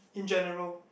in general